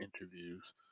interviews